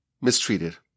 mistreated